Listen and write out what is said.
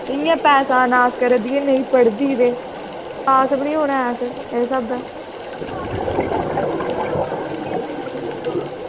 इंया पैसें दा नास करा दी ते ना एह् पढ़दी पास बी निं होना ऐ इस इस स्हाबै